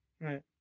Right